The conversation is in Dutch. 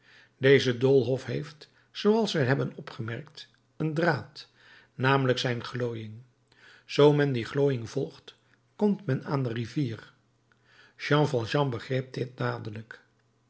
deze doolhof heeft zooals wij hebben opgemerkt een draad namelijk zijn glooiing zoo men die glooiing volgt komt men aan de rivier jean valjean begreep dit dadelijk